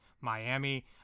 Miami